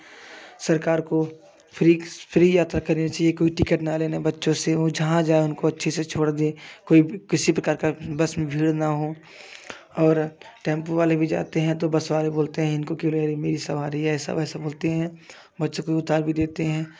सरकार को free free यात्रा करनी चाहिए कोई टिकट न लेने बच्चों से हो जहाँ जाए उनको अच्छे से छोड़ दें कोई किसी प्रकार का बस में भीड़ ना हो और टेम्पो वाले भी जाते हैं तो बस वाले बोलते हैं इनको क्यों ले रहे हैं मेरी सवारी ऐसा वैसा बोलते हैं बच्चों को उतार भी देते हैं